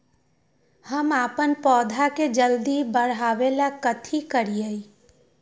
हम अपन पौधा के जल्दी बाढ़आवेला कथि करिए?